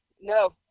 no